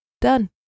Done